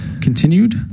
Continued